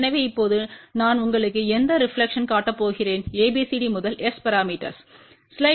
எனவே இப்போது நான் உங்களுக்கு எந்த ரிலேஷன்க் காட்டப் போகிறேன் ABCD முதல் S பரமீட்டர்ஸ்